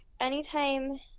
anytime